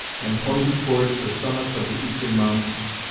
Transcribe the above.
and pointed towards the summits of the eastern mountains.